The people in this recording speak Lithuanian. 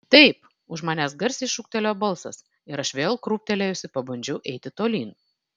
taip už manęs garsiai šūktelėjo balsas ir aš vėl krūptelėjusi pabandžiau eiti tolyn